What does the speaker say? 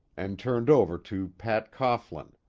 and turned over to pat cohglin,